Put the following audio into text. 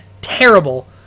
terrible